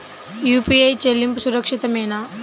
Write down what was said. UPI చెల్లింపు సురక్షితమేనా?